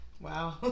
Wow